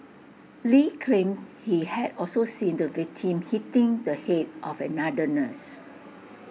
lee claimed he had also seen the victim hitting the Head of another nurse